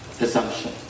assumption